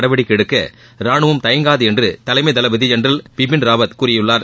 நடவடிக்கை எடுக்க ராணுவம் தயங்காது என்று தலைமை தளபதி ஜெனரல் பிபின் ராவத் கூறியுள்ளார்